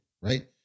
right